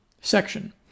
section